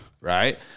right